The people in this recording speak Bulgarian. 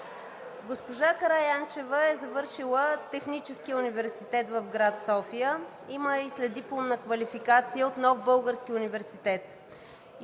Госпожа Караянчева е завършила Техническия университет в град София, има и следдипломна квалификация от Нов български университет.